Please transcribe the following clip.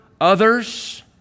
others